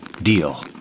deal